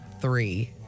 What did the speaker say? three